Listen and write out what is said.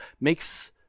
makes